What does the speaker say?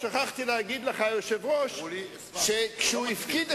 נוהג לעדכן את ראש האופוזיציה בצורה שוטפת למדי,